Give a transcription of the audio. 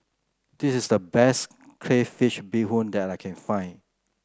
this is the best Crayfish Beehoon that I can find